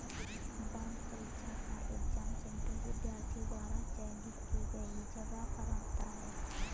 bank परीक्षा का exam centre विद्यार्थी द्वारा चयनित की गई जगह पर आता है